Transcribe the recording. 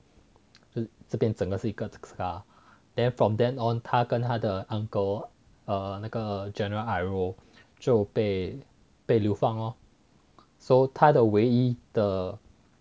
这边整个是一个 scar then from then on 他跟他的 uncle 那个 general iroh 就被被流放哦 so 他的唯一的